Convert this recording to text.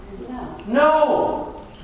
No